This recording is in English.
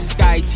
Sky